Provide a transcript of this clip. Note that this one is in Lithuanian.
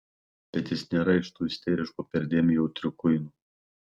bet jis nėra iš tų isteriškų perdėm jautrių kuinų